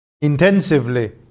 intensively